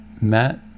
Matt